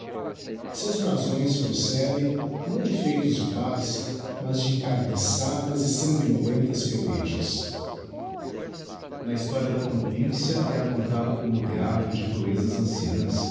seus brazões procedem não de feitos de paz mas de encarniçadas e sanguinolentas pelejas na historia da província é apontado como theatro de proezas anciãs